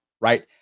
Right